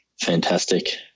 Fantastic